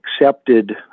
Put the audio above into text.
accepted